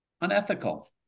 unethical